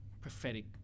prophetic